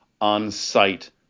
on-site